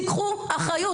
תיקחו אחריות.